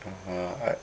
uh I